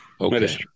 Okay